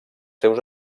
seus